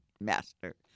Master